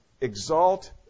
exalt